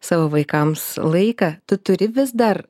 savo vaikams laiką tu turi vis dar